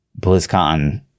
BlizzCon